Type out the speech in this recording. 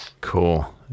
Cool